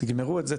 תגמרו את זה,